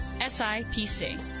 SIPC